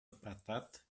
apartat